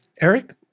Eric